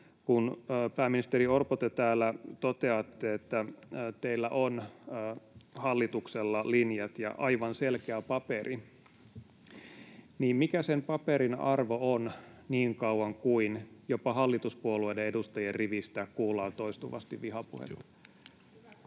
Pääministeri Orpo, kun te täällä toteatte, että teillä on hallituksella linjat ja aivan selkeä paperi, niin mikä sen paperin arvo on niin kauan kuin jopa hallituspuolueiden edustajien rivistä kuullaan toistuvasti vihapuheita? Kiitoksia.